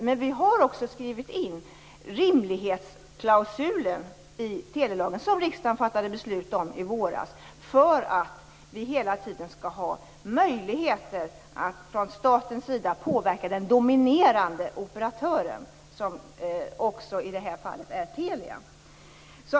Men vi har skrivit in rimlighetsklausulen i telelagen - som riksdagen fattade beslut om i våras - för att vi hela tiden skall ha möjlighet att från statens sida påverka den dominerande operatören, som i det här fallet är Telia.